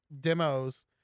demos